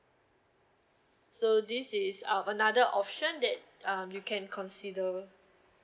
so this is our another option that um you can consider